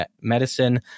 Medicine